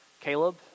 Caleb